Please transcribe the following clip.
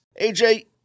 AJ